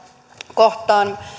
kohtaan